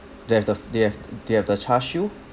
they have the they have they have the char siew